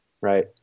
right